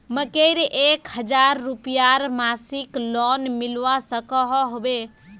मकईर एक हजार रूपयार मासिक लोन मिलवा सकोहो होबे?